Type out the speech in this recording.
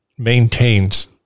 maintains